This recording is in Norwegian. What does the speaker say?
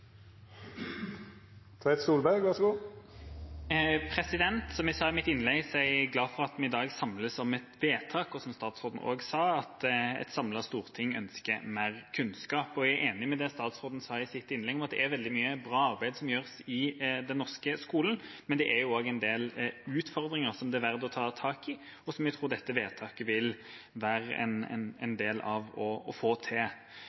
jeg glad for at vi i dag samles om et vedtak, og, som statsråden også sa, at et samlet storting ønsker mer kunnskap. Jeg er enig i det statsråden sa i sitt innlegg, om at det er veldig mye bra arbeid som gjøres i den norske skolen, men det er også en del utfordringer som det er verdt å ta tak i, og som jeg tror dette vedtaket vil bidra til å få til.